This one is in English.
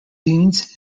deans